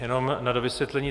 Jenom na dovysvětlení.